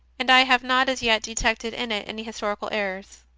and i have not as yet detected in it any historical errors.